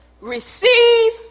receive